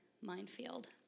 Minefield